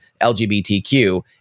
LGBTQ